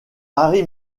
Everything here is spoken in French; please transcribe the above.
harry